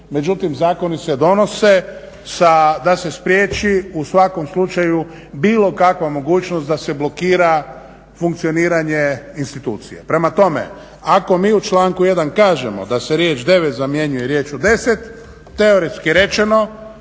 međutim zakoni se donose da se spriječi u svakom slučaju bilo kakva mogućnost da se blokira funkcioniranje institucija. Prema tome ako mi u članku 1. kažemo da se riječ devet zamjenjuje rječju deset teoretski rečeno,